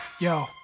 Yo